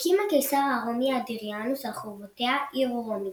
הקים הקיסר הרומי אדריאנוס על חורבותיה עיר רומית,